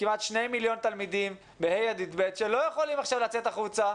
לכמעט שני מיליון תלמידים מכיתה ה' עד י"ב שלא יכולים עכשיו לצאת החוצה.